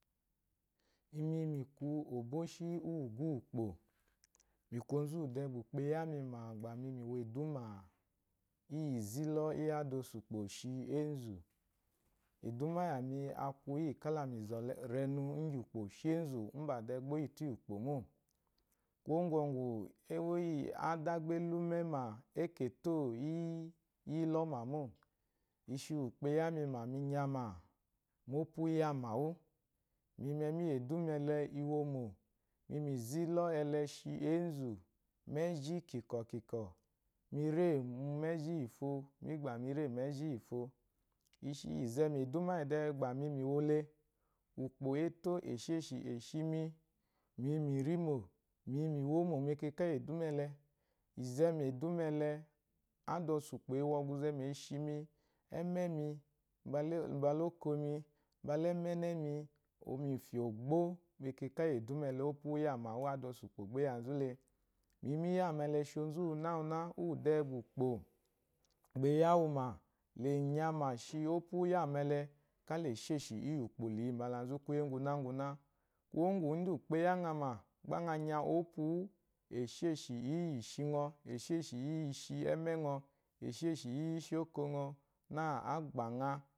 Imi miku oboshi uwu ugwu wukpo miku onzu uwu bwoko ukpo ayami ma uwu mize ilo iyi la zala renu idaosu ukpo l mbabwɔkwɔ oyitu renu igyi adoasu ukpo kuwo kungu ewo iyi ada gba also umema etoyi iloma mo ishi ukpo ayani ma minyama mu opu uwu iyama wu iyi eduma ele iwono mi ze ilɔ ele eshi enzu meji kinkkoo kukwo, mire eji eyifo migba mire mu eji iyifo ishi eduma iyi dei gba mi mole ukpo eto esheshi eshimi miyi yimo, miyi mi womo mekaka yi eduma ele. mizemu eduma ele adasu ukpe esti ememe mbula okomi bala emeni, oyi mi ifya ogbo mekaka yi opu uwu ioyamani adaosu ukpa gbsa na uwuna ba ukpo eyawuma la nyama shi opui eyawuma la iyi uikpo liyi mbulanzu kuye ngunanguna kuwo zdan ukpo eyangha ma ngɔ esheshi iyi emengɔ, esheshi iyi ishi okongɔ la gabangha.